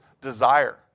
desire